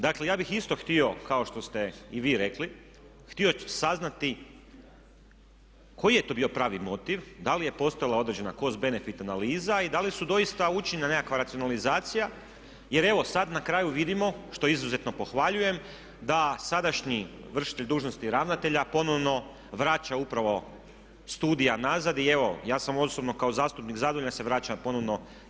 Dakle, ja bih isto htio kao što ste i vi rekli, htio saznati koji je to bio pravi motiv, da li je postojala određena kost benefit analiza i da li su doista učinjena nekakva racionalizacija jer evo sad na kraju vidimo što izuzetno pohvaljujem da sadašnji vršitelj dužnosti ravnatelja ponovno vraća upravo studija nazad i evo ja sam osobno kao zastupnik zadovoljan da se vraća ponovo HTV studio u Bjelovar.